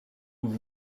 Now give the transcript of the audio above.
nous